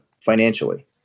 financially